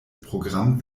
programm